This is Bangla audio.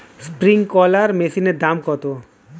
স্প্রিংকলার মেশিনের দাম কত?